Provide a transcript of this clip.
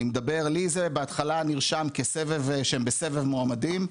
לי זה בהתחלה נרשם שהם בסבב מועמדים,